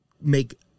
make